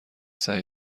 سریع